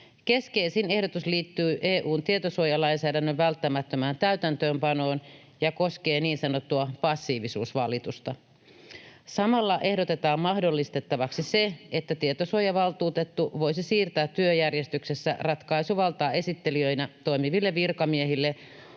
Keskeisin ehdotus liittyy EU:n tietosuojalainsäädännön välttämättömään täytäntöönpanoon ja koskee niin sanottua passiivisuusvalitusta. Samalla ehdotetaan mahdollistettavaksi se, että tietosuojavaltuutettu voisi siirtää työjärjestyksessä ratkaisuvaltaa esittelijöinä toimiville virkamiehille